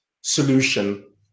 solution